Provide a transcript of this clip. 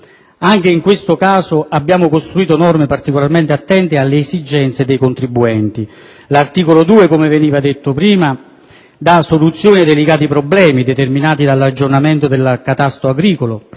anche in questo caso, abbiamo costruito norme particolarmente attente alle esigenze dei contribuenti. L'articolo 2 - com'è stato precedentemente ricordato - dà soluzione ai delicati problemi determinati dall'aggiornamento del catasto agricolo.